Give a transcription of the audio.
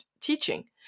teaching